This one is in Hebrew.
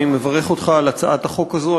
אני מברך אותך על הצעת החוק הזו,